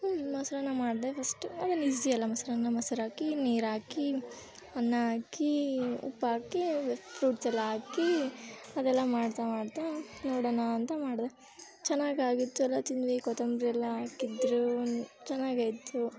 ಒಂದು ಮೊಸರನ್ನ ಮಾಡಿದೆ ಫಸ್ಟ್ ಅದೇನು ಈಝಿ ಅಲ್ವ ಮೊಸರನ್ನ ಮೊಸ್ರು ಹಾಕಿ ನೀರು ಹಾಕಿ ಅನ್ನ ಹಾಕಿ ಉಪ್ಪು ಹಾಕಿ ಫ್ರೂಟ್ಸೆಲ್ಲ ಹಾಕಿ ಅದೆಲ್ಲ ಮಾಡ್ತಾ ಮಾಡ್ತಾ ನೋಡೋಣ ಅಂತ ಮಾಡಿದೆ ಚೆನ್ನಾಗಾಗಿತ್ತಲ್ಲ ತಿಂದ್ವಿ ಕೊತ್ತಂಬರಿ ಎಲ್ಲ ಹಾಕಿದ್ರು ಚೆನ್ನಾಗಾಯ್ತು